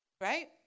right